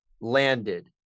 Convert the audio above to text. landed